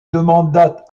demanda